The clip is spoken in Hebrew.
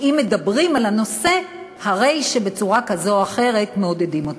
שאם מדברים על הנושא הרי שבצורה כזו או אחרת מעודדים אותו.